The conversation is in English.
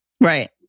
Right